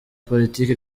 politiki